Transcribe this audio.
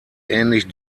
ähnlich